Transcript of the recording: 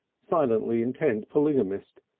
silently intent polygamist,